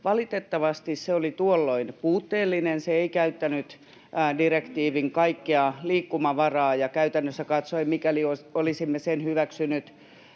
Valitettavasti se oli tuolloin puutteellinen, se ei käyttänyt direktiivien kaikkea liikkumavaraa, ja käytännössä katsoen, mikäli olisimme sen hyväksyneet